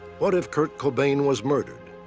what if kurt cobain was murdered?